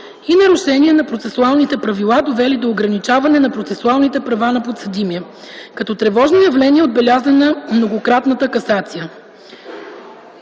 и нарушения на процесуалните правила, довели до ограничаване на процесуалните права на подсъдимия. Като тревожно явление е отбелязана многократната касация.